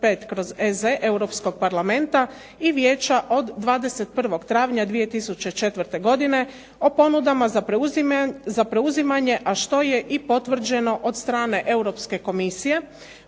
2004/25/EZ Europskog parlamenta i vijeća od 21. travnja 2004. godine o ponudama za preuzimanje, a što je i potvrđeno od strane Europske Komisije,